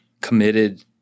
committed